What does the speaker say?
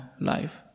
life